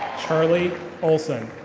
charlie olsen.